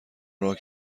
راه